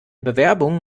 bewerbung